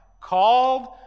Called